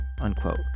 unquote